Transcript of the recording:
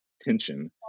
tension